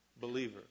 believer